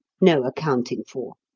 no accounting for.